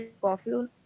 coffee